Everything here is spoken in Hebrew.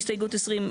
בהסתייגות 20,